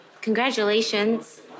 Congratulations